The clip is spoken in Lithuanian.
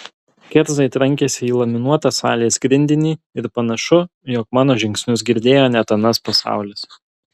kerzai trankėsi į laminuotą salės grindinį ir panašu jog mano žingsnius girdėjo net anas pasaulis